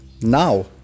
now